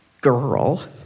girl